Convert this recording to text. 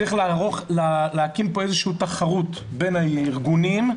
צריך להקים פה איזו שהיא תחרות בין הארגונים,